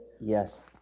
yes